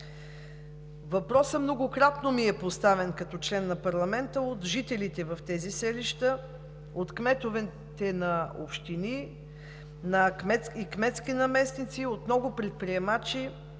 въпросът многократно ми е поставян от жителите в тези селища, от кметовете на общини и кметски наместници, от много предприемачи,